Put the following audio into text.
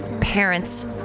parents